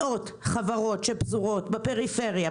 מאות חברות שפזורות בפריפריה,